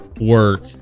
work